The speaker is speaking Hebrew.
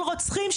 של רוצחים,